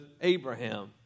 Abraham